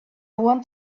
want